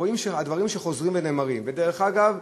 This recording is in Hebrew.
רואים שהדברים חוזרים ונאמרים, ודרך אגב,